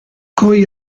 coi